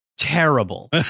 Terrible